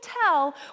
tell